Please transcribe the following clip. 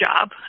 job